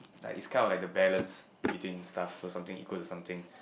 like it's kind of like the balance between stuff or something equals to something